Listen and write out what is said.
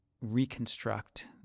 reconstruct